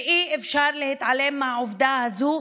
ואי-אפשר להתעלם מהעובדה הזאת,